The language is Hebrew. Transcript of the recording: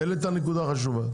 העלית נקודה חשובה.